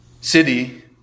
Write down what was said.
city